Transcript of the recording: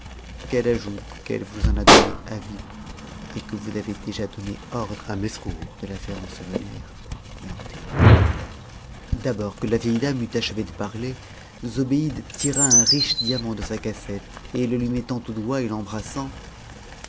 qu'elle ajoute qu'elle vous en a donné avis et que vous avez déjà donné ordre à mesrour de la faire ensevelir et enterrer d'abord que la vieille dame eut achevé de parler zobéide tira un riche diamant de sa cassette et le lui mettant au doigt et l'embrassant